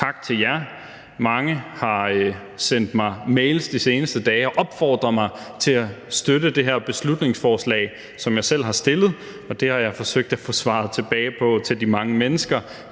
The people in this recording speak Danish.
tak til jer. Mange har sendt mig mails de seneste dage og opfordret mig til at støtte det her beslutningsforslag, som jeg selv har fremsat, og det har jeg forsøgt at få svaret tilbage til de mange mennesker.